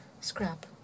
Scrap